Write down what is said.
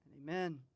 Amen